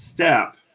step